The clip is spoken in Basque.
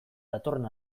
datorren